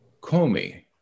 Comey